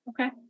Okay